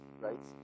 right